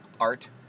Art